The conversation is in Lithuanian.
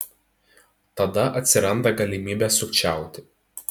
tada atsiranda galimybė sukčiauti